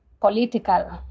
political